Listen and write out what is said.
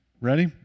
Ready